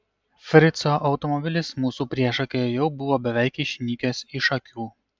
frico automobilis mūsų priešakyje jau buvo beveik išnykęs iš akių